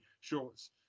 shorts